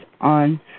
on